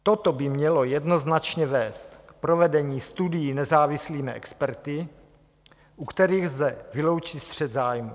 Toto by mělo jednoznačně vést k provedení studií nezávislými experty, u kterých lze vyloučit střet zájmů.